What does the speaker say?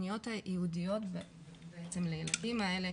התוכניות הייעודיות בעצם לילדים האלה,